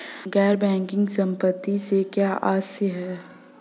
गैर बैंकिंग संपत्तियों से क्या आशय है?